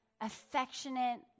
affectionate